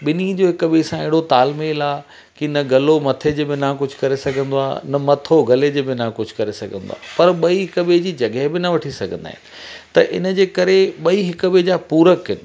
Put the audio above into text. बिन्ही जो हिक ॿिए सां अहिड़ो तालमेल आहे कि न गलो मथे जे बिना कुझु करे सघंदो आहे न मथो गले जे बिना कुझु करे सघंदो आहे पर ॿई हिक ॿिए जी जॻहि बि न वठी सघंदा आहिनि त इन जे करे ॿई हिक ॿिए जा पूरक आहिनि